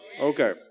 Okay